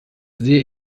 sehr